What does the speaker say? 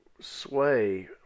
sway